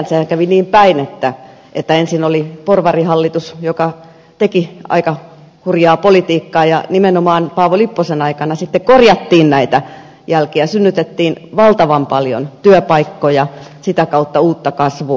sehän kävi niin päin että ensin oli porvarihallitus joka teki aika hurjaa politiikkaa ja nimenomaan paavo lipposen aikana sitten korjattiin näitä jälkiä synnytettiin valtavan paljon työpaikkoja sitä kautta uutta kasvua